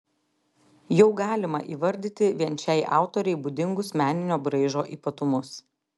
jau galima įvardyti vien šiai autorei būdingus meninio braižo ypatumus